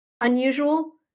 unusual